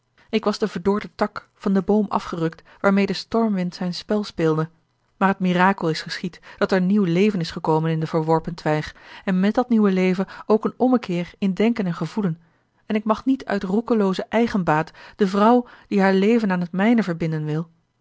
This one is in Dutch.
ik was de verdorde tak van den boom afgerukt waarmeê de stormwind zijn spel speelde maar het mirakel is geschied dat er nieuw leven is gekomen in de verworpen twijg en met dat nieuwe leven ook een ommekeer in denken en gea l g bosboom-toussaint de delftsche wonderdokter eel en ik mag niet uit roekelooze eigenbaat de vrouw die haar leven aan het mijne verbinden wil